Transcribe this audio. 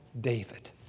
David